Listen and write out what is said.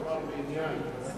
אחריות פיזית לכל דבר ועניין.